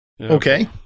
Okay